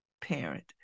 parent